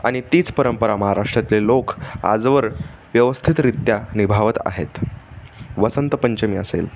आणि तीच परंपरा महाराष्ट्रातले लोक आजवर व्यवस्थितरित्या निभावत आहेत वसंतपंचमी असेल